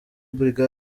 brig